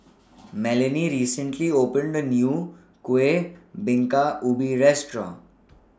Melanie recently opened A New Kueh Bingka Ubi Restaurant